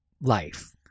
life